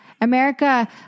America